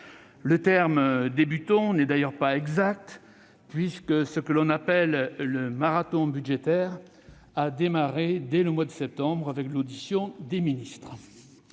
Le verbe « débuter » n'est d'ailleurs pas exact, puisque le marathon budgétaire a démarré dès le mois de septembre avec l'audition des ministres.